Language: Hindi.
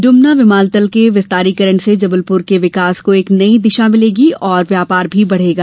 डुमना विमानतल के विस्तारीकरण से जबलपुर के विकास को एक नई दिशा मिलेगी और व्यापार भी बढ़ेगा